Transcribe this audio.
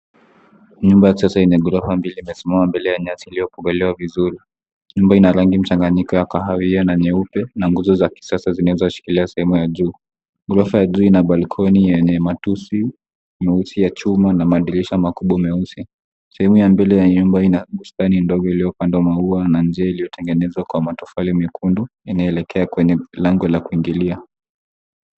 Nyumba ya kisasa yenye ghorofa mbili imesimama mbele ya nyasi iliyokombolewa vizuri. Nyumba ina rangi mchanganyiko ya kahawia na nyeupe, na nguzo za kisasa zinazoshikilia sehemu ya juu. Ghorofa ya juu ina balconi yenye matusi meusi ya chuma na madirisha makubwa meusi. Sehemu ya mbele ya nyumba ina bustani ndogo iliyopandwa maua na njia iliyotengenezwa kwa matofari mekundu inaelekea kwenye lango la kuingilia.